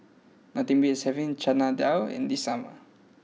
nothing beats having Chana Dal in the summer